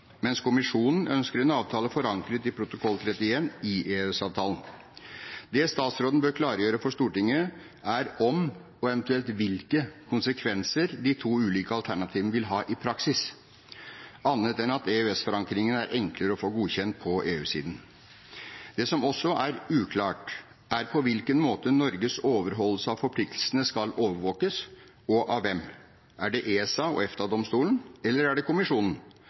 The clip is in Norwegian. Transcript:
mens kommisjonen ønsker en avtale forankret i protokoll 31 i EØS-avtalen. Det statsråden bør klargjøre for Stortinget, er om – og eventuelt hvilke konsekvenser de to ulike alternativene vil ha i praksis, annet enn at EØS-forankringen er enklere å få godkjent på EU-siden. Det som også er uklart, er på hvilken måte Norges overholdelse av forpliktelsene skal overvåkes, og av hvem. Er det ESA og EFTA-domstolen, eller er det kommisjonen?